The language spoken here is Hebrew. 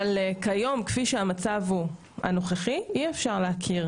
כיום במצב הנוכחי, אי אפשר להכיר